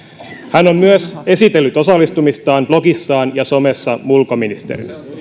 hän on myös esitellyt osallistumistaan blogissaan ja somessa ulkoministerinä